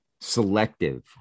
selective